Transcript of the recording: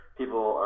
people